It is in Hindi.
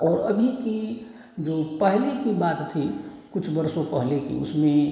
और अभी की जो पहले की बात थी कुछ वर्षों पहले की उसमें